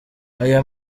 aya